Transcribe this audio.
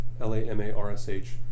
L-A-M-A-R-S-H